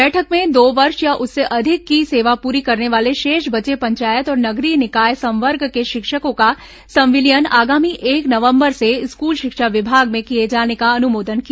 बैठक में दो वर्ष या उससे अधिक की सेवा पूरी करने वाले शेष बचे पंचायत और नगरीय निकाय संवर्ग के शिक्षकों का संविलियन आगामी एक नवंबर से स्कूल शिक्षा विभाग में किए जाने का अनुमोदन किया